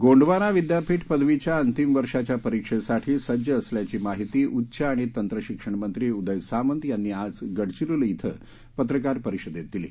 गोंडवाना विद्यापीठ पदवीच्या अंतिम वर्षाच्या परिक्षेसाठी सज्ज असल्याची माहिती उच्च व तंत्रशिक्षण मंत्री उदय सामंत यांनी आज गडचिरोली श्रें पत्रकार परिषदेत दिली